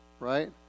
right